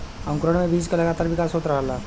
अंकुरण में बीज क लगातार विकास होत रहला